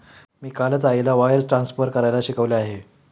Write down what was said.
मी कालच आईला wires transfer करायला शिकवले आहे